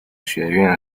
学院